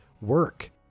work